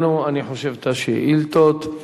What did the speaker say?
אני חושב שסיימנו את השאילתות.